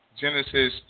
Genesis